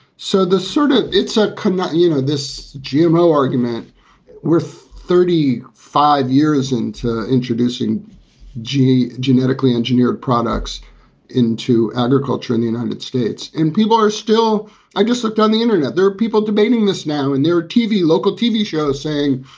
so the sort of it's a cabinet, you know, this gmo argument with thirty five years into introducing geni genetically engineered products into agriculture in the united states and people are still i just looked on the internet there are people debating this now and there are tv, local tv shows saying,